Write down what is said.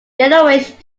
yellowish